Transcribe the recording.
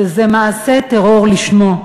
שזה מעשה טרור לשמו.